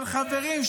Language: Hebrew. של חברים,